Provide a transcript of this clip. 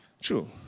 True